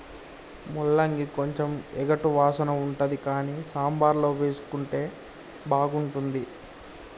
ముల్లంగి కొంచెం ఎగటు వాసన ఉంటది కానీ సాంబార్ల వేసుకుంటే బాగుంటుంది